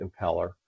impeller